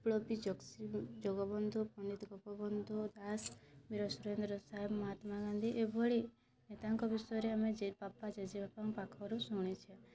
ବିପ୍ଳବୀ ବକ୍ସି ଜଗବନ୍ଧୁ ପଣ୍ଡିତ ଗୋପବନ୍ଧୁ ଦାସ୍ ବୀର ସୁରେନ୍ଦ୍ର ସାଏ ମହାତ୍ମାଗାନ୍ଧୀ ଏଭଳି ନେତାଙ୍କ ବିଷୟରେ ଆମେ ବାପା ଜେଜେବାପାଙ୍କ ପାଖରୁ ଶୁଣିଛେ